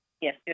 Yes